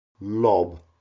lob